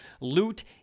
loot